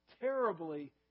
Terribly